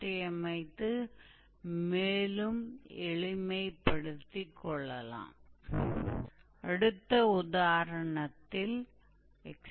तो कोई का मान भी लिख सकता है लेकिन इसका उत्तर यही होगा